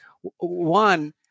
One